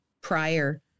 prior